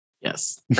Yes